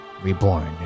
reborn